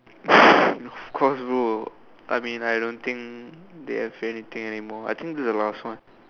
of course bro I mean I don't think they have anything anymore I think this is the last one